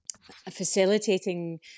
facilitating